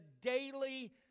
daily